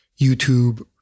YouTube